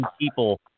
people